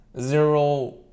zero